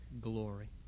glory